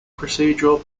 procedural